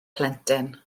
plentyn